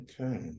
Okay